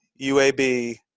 UAB